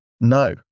No